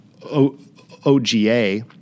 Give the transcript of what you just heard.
OGA